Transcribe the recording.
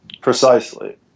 Precisely